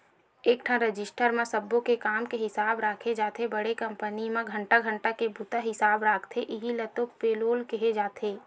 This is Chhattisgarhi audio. एकठन रजिस्टर म सब्बो के काम के हिसाब राखे जाथे बड़े कंपनी म घंटा घंटा के बूता हिसाब राखथे इहीं ल तो पेलोल केहे जाथे